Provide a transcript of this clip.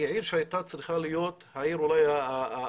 היא עיר שהייתה צריכה להיות אולי העיר